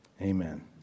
amen